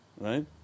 Right